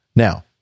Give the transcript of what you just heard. Now